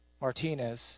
Martinez